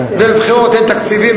ולבחירות אין תקציבים,